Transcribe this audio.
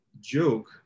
joke